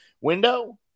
window